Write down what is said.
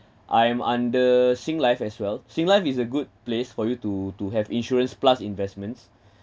I'm under singlife as well singlife is a good place for you to to have insurance plus investments